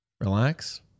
Relax